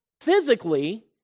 physically